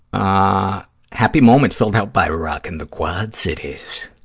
ah happy moment filled out by rocking the quad cities.